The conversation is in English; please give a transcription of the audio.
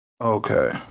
Okay